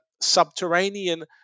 subterranean